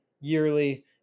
yearly